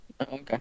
Okay